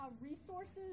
resources